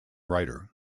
writer